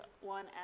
one